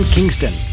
Kingston